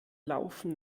laufen